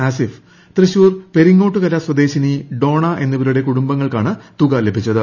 ആസിഫ് തൃശൂർ പെരിങ്ങോട്ടുക്കര സ്വദേശിനി ഡോണ എന്നിവരുടെ കുടുംബങ്ങൾക്കാണ് തുക ലഭിച്ചത്